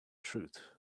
truth